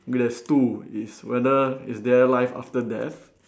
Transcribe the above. there's two is whether is there life after death